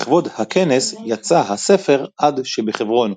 לכבוד הכנס יצא הספר "עד שבחברון",